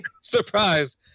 Surprise